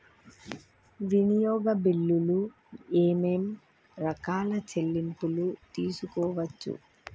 వినియోగ బిల్లులు ఏమేం రకాల చెల్లింపులు తీసుకోవచ్చు?